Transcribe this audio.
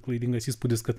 klaidingas įspūdis kad